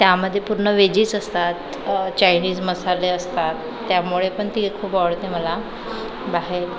त्यामध्ये पूर्ण वेजीस असतात चायनीझ मसाले असतात त्यामुळे पण ती खूप आवडते मला बाहेर